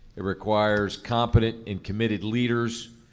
it requires competent and committed leaders,